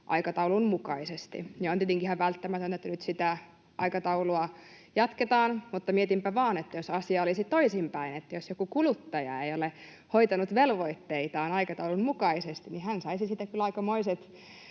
aikataulun mukaisesti. On tietenkin ihan välttämätöntä, että nyt sitä aikataulua jatketaan, mutta mietinpä vaan, että jos asia olisi toisinpäin, että jos joku kuluttaja ei ole hoitanut velvoitteitaan aikataulun mukaisesti, niin hän saisi siitä kyllä aikamoiset